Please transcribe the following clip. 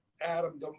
Adam